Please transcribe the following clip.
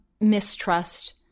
mistrust